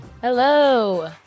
Hello